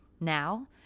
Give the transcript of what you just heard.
Now